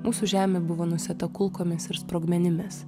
mūsų žemė buvo nusėta kulkomis ir sprogmenimis